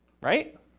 right